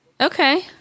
Okay